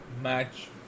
match